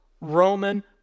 Roman